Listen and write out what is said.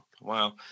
wow